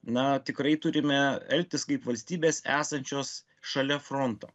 na tikrai turime elgtis kaip valstybės esančios šalia fronto